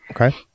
Okay